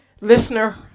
Listener